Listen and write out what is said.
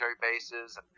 bases